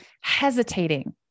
hesitating